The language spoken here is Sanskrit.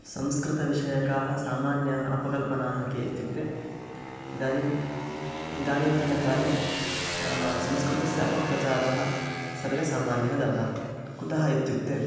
संस्कृतविषयकाः सामान्याः अपकल्पनाः के इत्युक्ते इदानीम् इदानीन्तनकाले संस्कृतस्य अपप्रचारः सर्वे सामान्यः जाताः कुतः इत्युक्ते